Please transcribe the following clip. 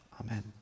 Amen